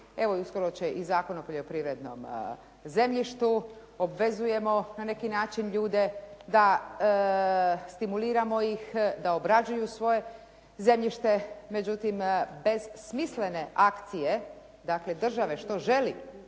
Evo, uskoro će i Zakon o poljoprivrednom zemljištu, obvezujemo na neki način ljude, da stimuliramo ih da obrađuju svoje zemljište, međutim bez smislene akcije, dakle države što želi